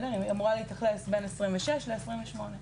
היא אמורה להתאכלס בין 2026 ל-2028.